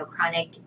chronic